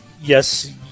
yes